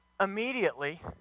immediately